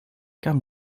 kam